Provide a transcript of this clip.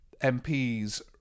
MPs